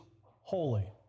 holy